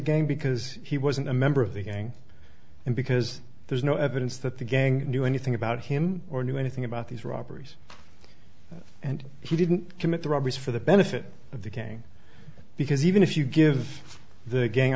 game because he wasn't a member of the gang and because there's no evidence that the gang knew anything about him or knew anything about these robberies and he didn't commit the robberies for the benefit of the gang because even if you give the gang